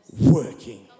working